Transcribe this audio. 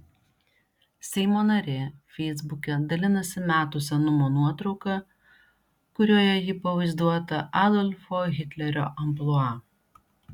seimo narė feisbuke dalinasi metų senumo nuotrauka kurioje ji pavaizduota adolfo hitlerio amplua